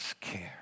care